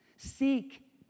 Seek